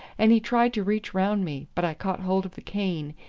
and he tried to reach round me, but i caught hold of the cane,